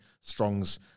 Strong's